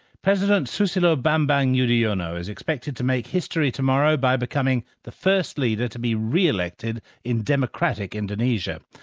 president susilo bambang yudhoyono is expected to make history tomorrow by becoming the first leader to be re-elected in democratic indonesia.